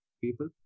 people